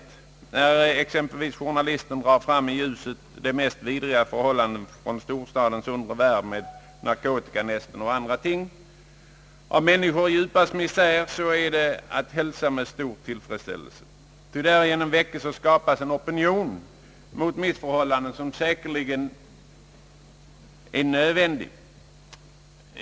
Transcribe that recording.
Det är t.ex. att hälsa med stor tillfredsställelse när journalisterna drar fram i ljuset de mest vidriga förhållanden från storstadens undre värld, med narkotikanästen och andra ting, med människor i djupaste misär. Därigenom väckes och skapas nämligen den opinion mot missförhållandena, som säkerligen är nödvändig.